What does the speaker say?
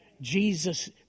Jesus